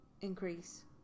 increase